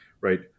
Right